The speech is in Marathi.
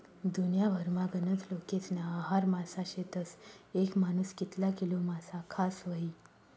दुन्याभरमा गनज लोकेस्ना आहार मासा शेतस, येक मानूस कितला किलो मासा खास व्हयी?